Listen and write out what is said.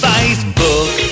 Facebook